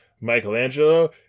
Michelangelo